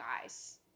guys